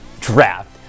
draft